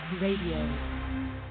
radio